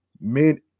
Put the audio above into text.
mid